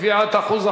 קביעת אחוז החסימה),